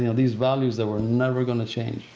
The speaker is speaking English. you know these values that were never gonna change.